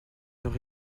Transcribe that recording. leurs